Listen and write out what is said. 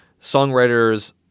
songwriters